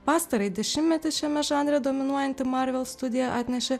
pastarąjį dešimtmetį šiame žanre dominuojanti marvel studija atnešė